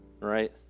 Right